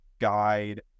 guide